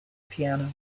piano